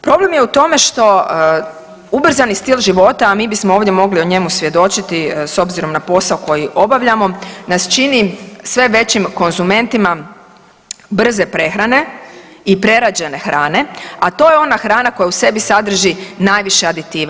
Problem je u tome što ubrzani stil života a mi bismo ovdje mogli o njemu svjedočiti s obzirom na posao koji obavljamo nas čini sve većim konzumentima brze prehrane i prerađene hrane a to je ona hrana koja u sebi sadrži najviše aditiva.